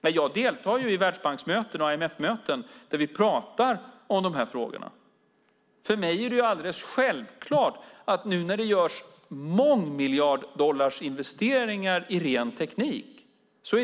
Men jag deltar på världsbanksmöten och IMF-möten där vi talar om de här frågorna, och för mig är det alldeles självklart att det är bra att det nu för många miljarder dollar görs investeringar i ren teknik.